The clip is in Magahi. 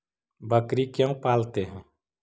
बकरी क्यों पालते है?